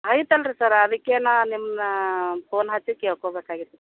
ಐತಲ್ರಿ ಸರ್ರ ಅದಕ್ಕೆ ನಾನು ನಿಮ್ಮನ್ನ ಫೋನ್ ಹಚ್ಚಿ ಕೇಳ್ಕೋಬೇಕಾಗಿತ್ತು